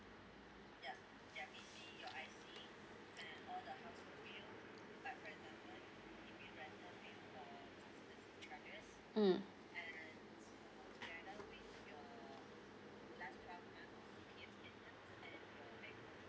mm